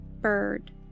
Bird